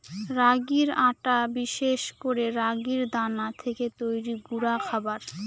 রাগির আটা বিশেষ করে রাগির দানা থেকে তৈরি গুঁডা খাবার